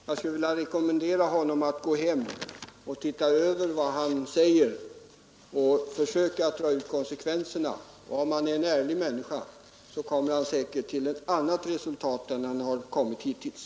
Jag skulle vilja rekommendera honom att gå hem och titta över vad han säger och försöka dra ut konsekvenserna. Om han är en ärlig människa kommer han säkert till ett annat resultat än hittills.